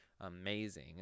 amazing